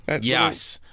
Yes